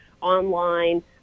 online